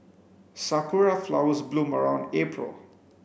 sakura flowers bloom around April